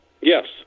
yes